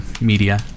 media